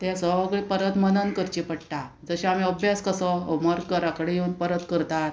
तें सगळें परत मनन करचें पडटा जशें आमी अभ्यास कसो होमवर्क करा कडेन येवन परत करतात